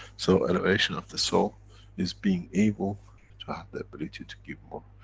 so, elevation of the soul is being able to have the ability, to give more,